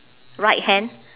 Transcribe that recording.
right hand